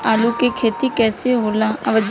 आलू के खेती कैसे होला?